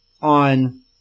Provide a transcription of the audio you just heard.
on